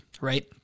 right